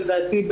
שלדעתי,